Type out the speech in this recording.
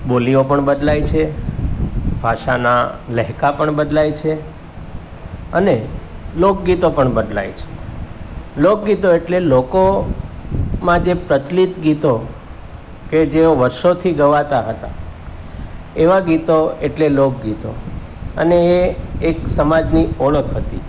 બોલીઓ પણ બદલાય છે ભાષાના લહેકા પણ બદલાય છે અને લોકગીતો પણ બદલાય છે લોકગીતો એટલે લોકોમાં જે પ્રચલિત ગીતો કે જેઓ વર્ષોથી ગવાતાં હતા એવાં ગીતો એટલે લોકગીતો અને એ એક સમાજની ઓળખ હતી